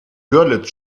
görlitz